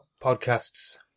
podcasts